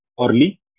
early